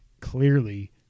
Clearly